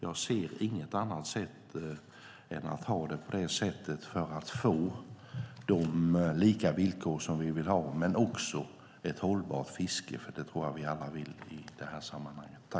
Jag ser inget annat sätt att få de lika villkor som vi vill ha men också ett hållbart fiske, för det tror jag att vi alla vill ha.